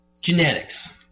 genetics